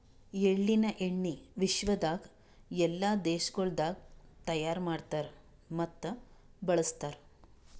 ಎಳ್ಳಿನ ಎಣ್ಣಿ ವಿಶ್ವದಾಗ್ ಎಲ್ಲಾ ದೇಶಗೊಳ್ದಾಗ್ ತೈಯಾರ್ ಮಾಡ್ತಾರ್ ಮತ್ತ ಬಳ್ಸತಾರ್